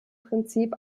prinzip